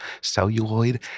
celluloid